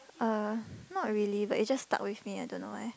uh not really but it just stuck with me I don't know why